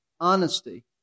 honesty